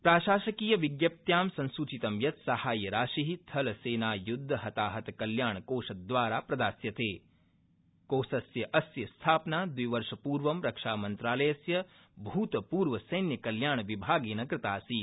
प्राशासकीय विज्ञप्यां संसूचितं यत् साहाय्यराशि थलसम्मिद्धहताहत कल्याणकोषद्वारा प्रदास्यता कोषस्यास्य स्थापना द्विवर्षपूर्व रक्षामन्त्रालयस्य भूतपूर्वसैन्यकल्याण विभागस्क्रिता आसीत्